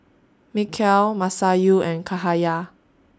Mikhail Masayu and Cahaya